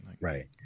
right